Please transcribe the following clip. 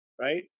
right